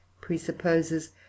presupposes